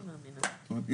זאת אומרת,